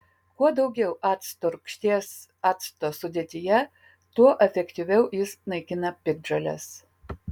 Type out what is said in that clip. kuo daugiau acto rūgšties acto sudėtyje tuo efektyviau jis naikina piktžoles